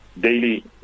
daily